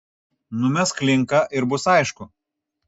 numesk linką ir bus aišku